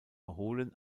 erholen